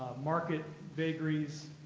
market vagaries